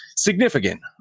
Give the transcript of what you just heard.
significant